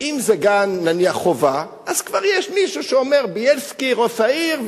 אם זה נניח גן-חובה אז כבר מישהו אומר: בילסקי ראש העיר.